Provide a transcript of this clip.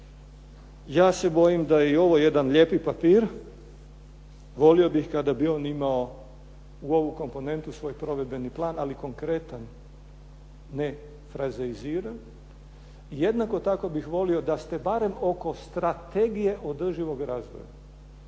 ja se bojim da je i ovo jedan lijepi papir. Volio bih kada bi on imao u ovu komponentu svoj provedbeni plan ali konkretan, ne frazeiziran. Jednako tako bih volio da ste barem oko strategije održivog razvoja